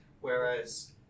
Whereas